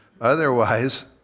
Otherwise